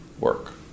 work